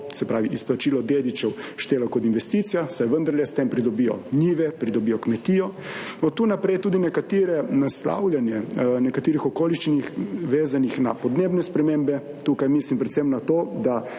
se pravi, izplačilo dedičev štelo kot investicija, saj vendarle s tem pridobijo njive, pridobijo kmetijo. Od tu naprej tudi nekatere naslavljanje nekaterih okoliščin vezanih na podnebne spremembe. Tukaj mislim predvsem na to, da